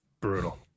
Brutal